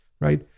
right